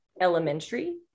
elementary